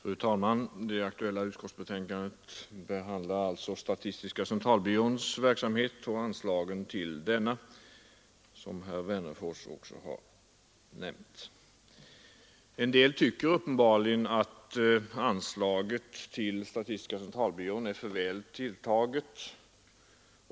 Fru talman! Det aktuella utskottsbetänkandet behandlar som nämnts statistiska centralbyråns verksamhet och anslagen till denna. Några tycker uppenbarligen att anslaget till statistiska centralbyrån är för väl tilltaget.